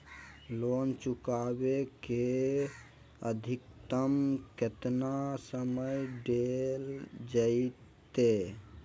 Loan चुकाबे के अधिकतम केतना समय डेल जयते?